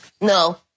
No